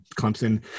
Clemson